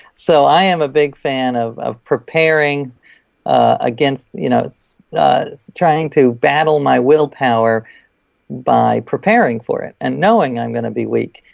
so i am a big fan of of preparing against, you know so ah trying to battle my willpower by preparing for it and knowing i'm going to be weak.